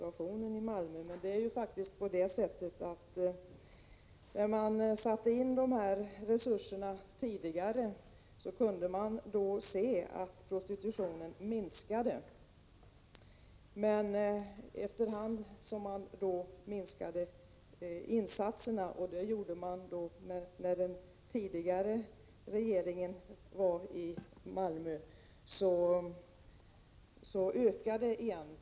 1985/86:130 situationen där, men det är faktiskt så att när man tidigare satte in stora resurser i Malmö kunde man se att prostitutionen där minskade, men att efter hand som insatserna minskades — vilket hände under den tidigare regimen där — ökade prostitutionen igen.